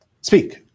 speak